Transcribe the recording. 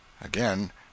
Again